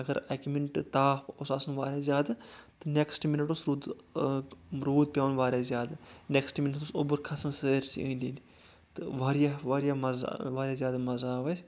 اگر اکہِ منٹہٕ تاپھ اوس آسان واریاہ زیادٕ تہٕ نیکٕسٹ منٹ اوس روٗدٕ روٗد پٮ۪وان واریاہ زیادٕ نیکٕسٹ منٹس اوس اوٚبُر کھسان سٲرسٕے أندۍ أندۍ تہٕ واریاہ واریاہ مزٕ واریاہ زیٛادٕ مزٕ آو اَسہِ